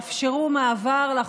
זה, היושב-ראש.